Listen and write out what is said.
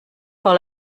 par